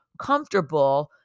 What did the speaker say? comfortable